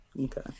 Okay